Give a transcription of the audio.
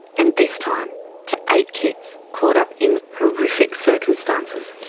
and this time to eight kids, caught up in horrific circumstances.